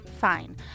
Fine